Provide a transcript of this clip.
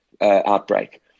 outbreak